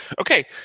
okay